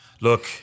Look